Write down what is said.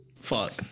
Fuck